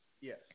Yes